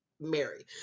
Mary